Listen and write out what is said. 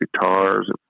guitars